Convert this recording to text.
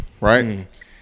right